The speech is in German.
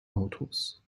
autos